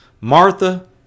Martha